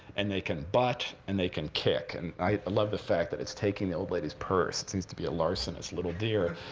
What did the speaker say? and they can butt, and they can kick. and i love the fact that it's taking the old lady's purse. it seems to be a larcenous little deer.